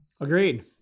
Agreed